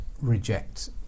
reject